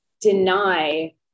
deny